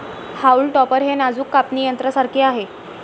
haulm topper हे नाजूक कापणी यंत्रासारखे आहे